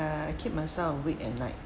I keep myself awake at night